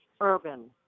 urban